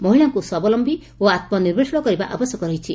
ମହିଳାଙ୍କୁ ସ୍ୱାବଲମ୍ୟୀ ଓ ଆତ୍ମନିର୍ଭରଶୀଳ କରିବା ଆବଶ୍ୟକ ରହିଛି